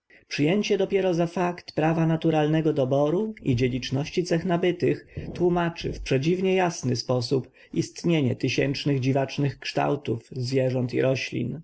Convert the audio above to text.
przyjęcie dopiero za fakt prawa naturalnego doboru i dziedziczności cech nabytych tłumaczy w przedziwnie jasny sposób istnienie tysiącznych dziwacznych kształtów zwierząt i roślin